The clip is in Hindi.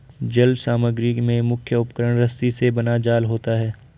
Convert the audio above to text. जल समग्री में मुख्य उपकरण रस्सी से बना जाल होता है